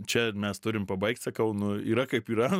čia mes turim pabaigt sakau nu yra kaip yra